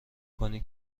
کنی